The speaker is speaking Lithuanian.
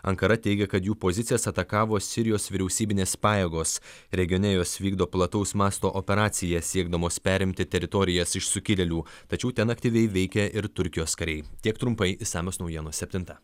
ankara teigia kad jų pozicijas atakavo sirijos vyriausybinės pajėgos regione jos vykdo plataus masto operaciją siekdamos perimti teritorijas iš sukilėlių tačiau ten aktyviai veikia ir turkijos kariai tiek trumpai išsamios naujienos septintą